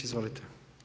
Izvolite.